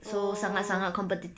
oh